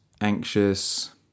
anxious